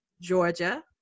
georgia